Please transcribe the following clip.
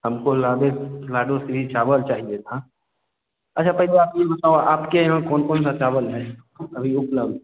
हमको लाडे लाडो श्री चावल चाहिए था अच्छा पहले आप यह बताओ आपके यहाँ कौन कौन से चावल है अभी उपलब्ध